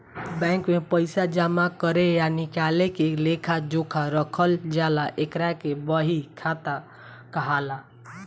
bank में पइसा जामा करे आ निकाले के लेखा जोखा रखल जाला एकरा के बही खाता कहाला